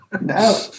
no